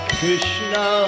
Krishna